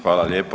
Hvala lijepo.